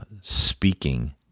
speaking